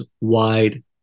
wide